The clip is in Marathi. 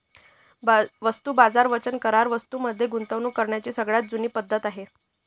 वस्तू बाजार वचन करार वस्तूं मध्ये गुंतवणूक करण्याची सगळ्यात जुनी पद्धत आहे